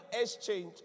exchange